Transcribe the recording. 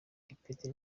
ipeti